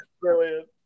brilliant